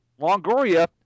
Longoria